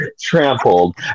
trampled